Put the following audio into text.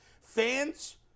Fans